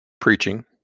preaching